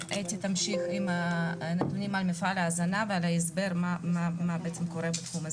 אתי תמשיך עם הנתונים על מפעל ההזנה והסבר על מה שקורה בתחום הזה.